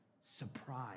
surprise